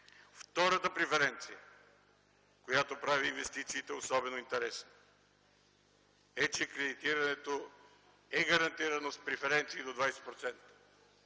Втората преференция, която прави инвестициите особено интересни е, че кредитирането е гарантирано с преференции до 20%.